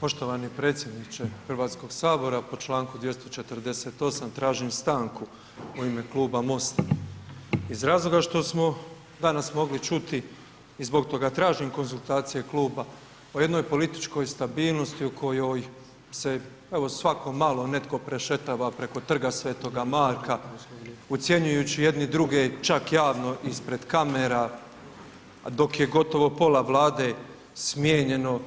Poštovani predsjedniče Hrvatskog sabora po Članku 248. tražim stanku u ime Kluba MOST-a iz razloga što smo danas mogli čuti i zbog toga tažim konzultacije kluba o jednoj političkoj stabilnosti u kojoj se evo svako malo netko prešetava preko Trga Sv. Marka ucjenjujući jedni druge čak javno ispred kamera dok je gotovo pola Vlade smijenjeno